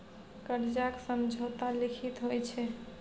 करजाक समझौता लिखित होइ छै